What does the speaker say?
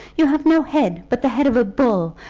you have no head, but the head of a bull.